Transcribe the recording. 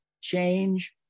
change